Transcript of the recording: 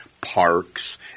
parks